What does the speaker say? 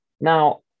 Now